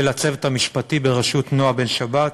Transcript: ולצוות המשפטי בראשות נועה בן-שבת.